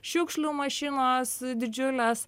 šiukšlių mašinos didžiulės